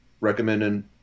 recommending